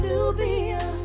Nubia